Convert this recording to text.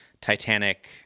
Titanic